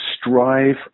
strive